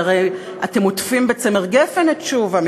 כי הרי אתם עוטפים בצמר גפן את תשובה,